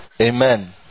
Amen